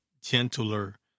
gentler